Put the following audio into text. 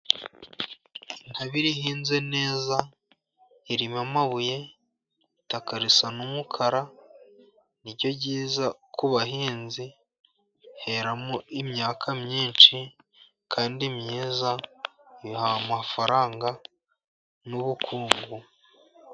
Intabire ihinze neza irimo amabuye, itaka risa n'umukara ni ryo ryiza ku bahinzi. Heramo imyaka myinshi kandi myiza iha amafaranga n'ubukungu.